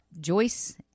Joyce